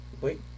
Wait